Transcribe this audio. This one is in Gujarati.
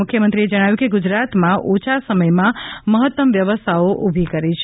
મુખ્યમંત્રીએ જણાવ્યું કે ગુજરાતમાં ઓછા સમયમાં મહત્તમ વ્યવસ્થાઓ ઉભી કરી છે